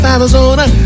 Arizona